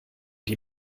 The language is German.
die